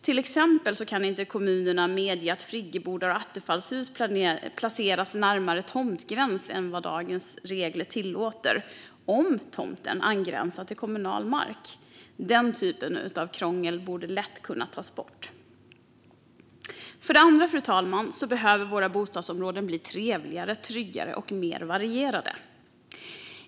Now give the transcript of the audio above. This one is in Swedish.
Till exempel kan kommunerna inte medge att friggebodar och attefallshus placeras närmare tomtgränsen än dagens regler tillåter om tomten angränsar till kommunal mark. Den typen av krångel borde lätt kunna tas bort. Fru talman! Våra bostadsområden behöver också bli trevligare, tryggare och mer varierade.